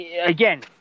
again